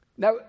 Now